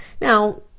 Now